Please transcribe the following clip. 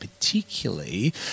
particularly